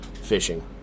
fishing